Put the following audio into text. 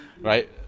Right